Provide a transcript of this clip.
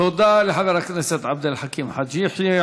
תודה לחבר הכנסת עבד אל חכים חאג' יחיא.